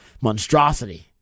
monstrosity